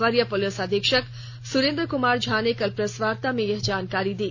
वरीय पुलिस अधीक्षक सुरेंद्र कुमार झा ने कल प्रेस वार्ता कर यह जानकारी दी